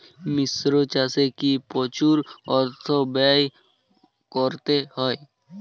মিশ্র চাষে কি প্রচুর অর্থ ব্যয় করতে হয়?